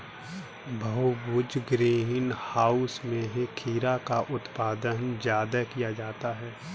बहुभुज greenhouse में खीरा का उत्पादन ज्यादा किया जाता है